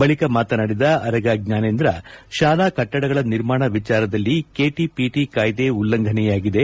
ಬಳಿಕ ಮಾತನಾಡಿದ ಅರಗ ಜ್ವಾನೇಂದ್ರ ಶಾಲಾ ಕಟ್ಟಡಗಳ ನಿರ್ಮಾಣ ವಿಚಾರದಲ್ಲಿ ಕೆಟಿಪಿಟಿ ಕಾಯ್ದೆ ಉಲ್ಲಂಘನೆಯಾಗಿದೆ